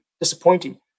disappointing